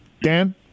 Dan